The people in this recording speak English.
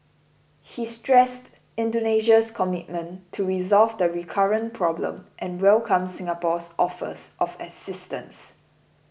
he stressed Indonesia's commitment to resolve the recurrent problem and welcomed Singapore's offers of assistance